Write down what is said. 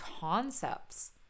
concepts